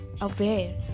aware